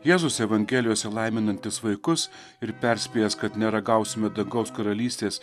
jėzus evangelijose laiminantis vaikus ir perspėjęs kad neragausime dangaus karalystės